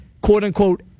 quote-unquote